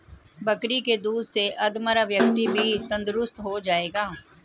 बकरी के दूध से अधमरा व्यक्ति भी तंदुरुस्त हो जाएगा